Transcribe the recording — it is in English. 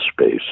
space